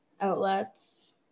outlets